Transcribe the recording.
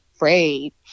Right